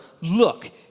look